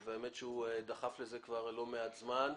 הוא דחף לזה כבר לא מעט זמן.